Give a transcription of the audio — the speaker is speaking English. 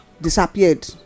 disappeared